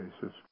cases